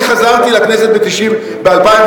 אני חזרתי לכנסת ב-2003.